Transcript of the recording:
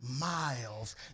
miles